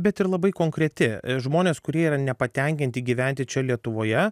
bet ir labai konkreti žmonės kurie yra nepatenkinti gyventi čia lietuvoje